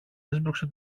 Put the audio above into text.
έσπρωξε